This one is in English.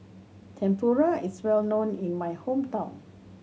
tempura is well known in my hometown